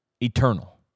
eternal